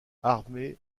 armee